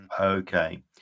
Okay